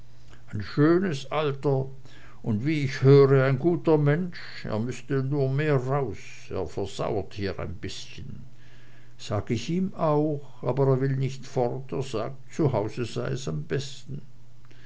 ein schönes alter und wie ich höre ein guter mensch er müßte nur mehr raus er versauert hier ein bißchen sag ich ihm auch aber er will nicht fort er sagt zu hause sei es am besten